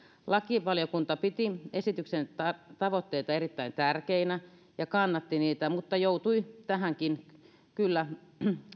lakivaliokunta piti esityksen tavoitteita erittäin tärkeinä ja kannatti niitä mutta joutui tähänkin kyllä